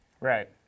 Right